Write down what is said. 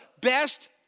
best